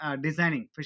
designing